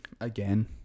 Again